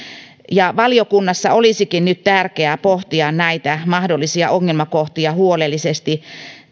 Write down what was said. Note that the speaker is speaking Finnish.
ja valiokunnassa olisikin nyt tärkeää pohtia näitä mahdollisia ongelmakohtia huolellisesti